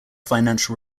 financial